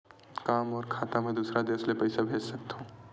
का मोर खाता म दूसरा देश ले पईसा भेज सकथव?